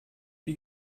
wie